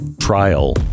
trial